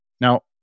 Now